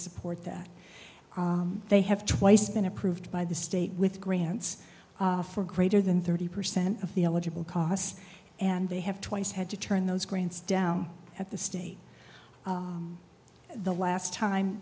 support that they have twice been approved by the state with grants for greater than thirty percent of the eligible costs and they have twice had to turn those grants down at the state the last time